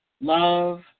love